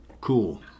cool